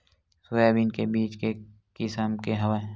Soybean के बीज के किसम के हवय?